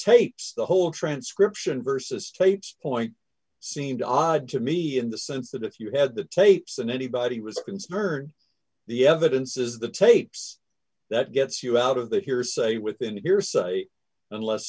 tapes the whole transcription vs tapes point seemed odd to me in the sense that if you had the tapes and anybody was concerned the evidence is the tapes that gets you out of that hearsay within a year or so unless